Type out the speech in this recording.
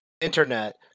internet